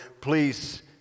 please